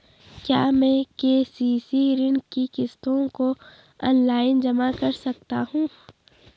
क्या मैं के.सी.सी ऋण की किश्तों को ऑनलाइन जमा कर सकता हूँ?